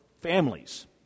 families